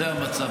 זה המצב,